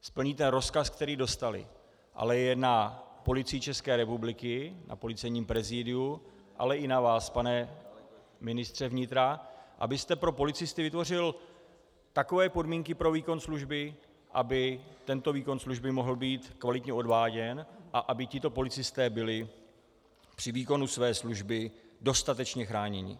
Splní ten rozkaz, který dostali, ale je na Policii ČR a Policejním prezidiu, ale i na vás, pane ministře vnitra, abyste pro policisty vytvořil takové podmínky pro výkon služby, aby tento výkon služby mohl být kvalitně odváděn a aby tito policisté byli při výkonu své služby dostatečně chráněni.